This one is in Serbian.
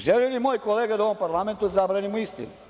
Želi li moj kolega da u ovom parlamentu zabranimo istinu?